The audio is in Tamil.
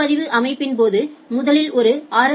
முன்பதிவு அமைப்பின் போது முதலில் ஒரு ஆர்